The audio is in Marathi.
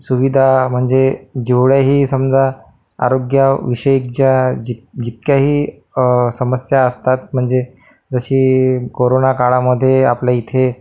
सुविधा म्हणजे जेवढंही समजा आरोग्या विषयक ज्या जित जितक्याही समस्या असतात म्हणजे जशी कोरोना काळामध्ये आपल्या इथे